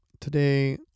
today